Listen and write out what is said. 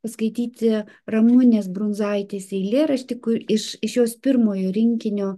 paskaityti ramunės brundzaitės eilėraštį kur iš iš jos pirmojo rinkinio